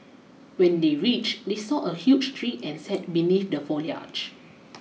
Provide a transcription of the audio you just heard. when they reached they saw a huge tree and sat beneath the foliage